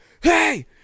hey